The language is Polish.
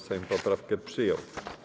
Sejm poprawki przyjął.